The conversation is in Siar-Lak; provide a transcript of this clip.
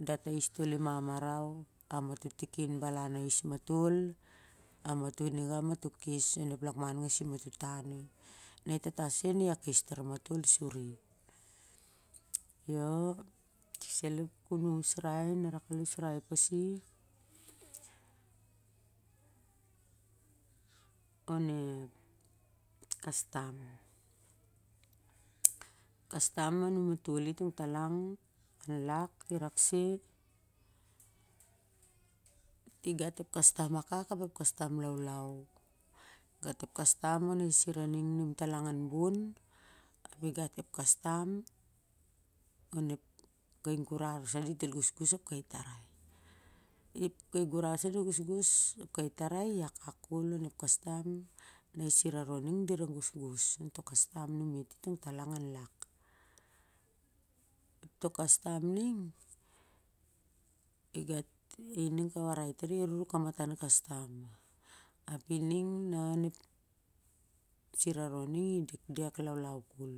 Dat a iai toh limam marau a motoh tikin balan ais matol a matoh a nigau matoh kes onep lakman nasim matoh tan. Onep kastom, kastom a numatoli tong talang an lak i rakes igat ep kastom akuk ap ep kastom laulau igat ep kastom on ep sira ning nim talang an bon ap i gat ep kastom on kai gurar dit gosgos ap kai tarai, ap kai gurar sah dit gosgos ap kai tarai dit wakak kol on ep kastom na eh sira ron ning di ral gosgos kastom a numet i tong talang an lak toh kastom lik ining ka warai tari kanak na i ru ni kamatan kastom ap i ning na on e siraron ning i dekdek laulau kol,